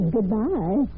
Goodbye